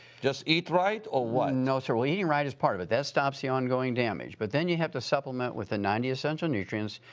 just eat right or what? no, sir. well, eating right is part of it. that stops the ongoing damage, but then you have to supplement with the ninety essential nutrients,